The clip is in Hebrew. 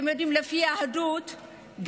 זה בדיוק מה שאני מתכוונת.